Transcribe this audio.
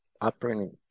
upbringing